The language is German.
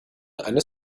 eines